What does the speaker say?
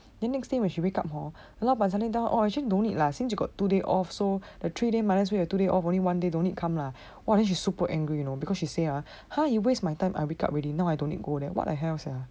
then next day when she wake up hor the 老板 suddenly tell her eh actually don't need lah since you got two days off so the three days minus two days off only one day don't need come lah !wah! then she super angry you know because she say ah !huh! you waste my time I wake up already now I don't need go then what the hell sia